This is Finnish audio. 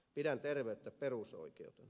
pidän terveyttä perusoikeutena